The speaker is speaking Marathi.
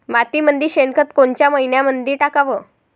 मातीमंदी शेणखत कोनच्या मइन्यामंधी टाकाव?